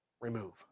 remove